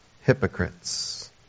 hypocrites